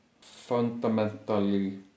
fundamentally